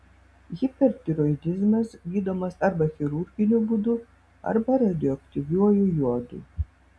hipertiroidizmas gydomas arba chirurginiu būdu arba radioaktyviuoju jodu